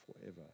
forever